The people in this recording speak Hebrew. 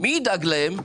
מי ידאג להן?